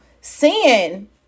sin